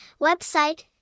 website